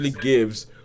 gives